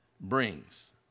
brings